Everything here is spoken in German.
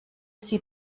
sie